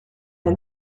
der